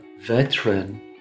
veteran